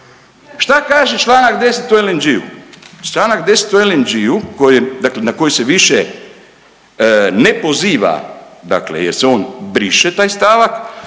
Što kaže članak 10. o LNG-u? Članak 10. o LNG-u koji je, dakle na koji se više ne poziva dakle jer se on briše taj stavak